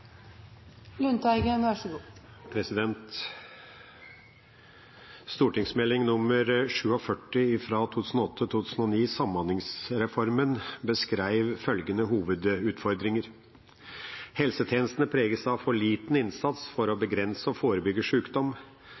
Samhandlingsreformen, beskrev følgende hovedutfordringer: Helsetjenestene preges av for liten innsats for å begrense og forebygge sjukdom.